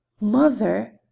Mother